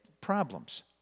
problems